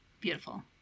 Beautiful